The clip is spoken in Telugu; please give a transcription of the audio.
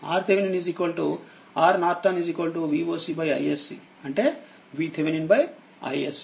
RTh RNVOC iSC అంటే VTh iSC3